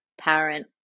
parent